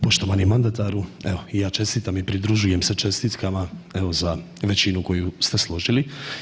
Poštovani mandataru, i ja čestitam i pridružujem se čestitkama evo za većinu koju ste složili.